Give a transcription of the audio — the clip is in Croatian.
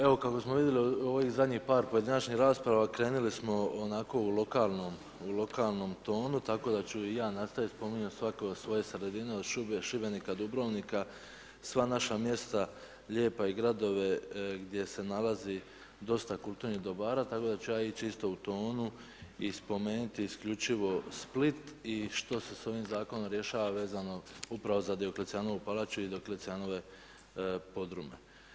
Evo kako smo vidjeli u ovih zadnjih par pojedinačnih rasprava, krenuli smo onako u lokalnom tonu tako da ću i ja nastaviti, spominjao je svako o svojoj sredini, od Šibenika, Dubrovnika, sva naša mjesta lijepa i gradove gdje se nalazi dosta kulturnih dobara tako da ću ja ići isto u tonu i spomenuti isključivo Split i što se s ovim zakonom rješava vezano upravo za Dioklecijanovu palaču i Dioklecijanove podrume.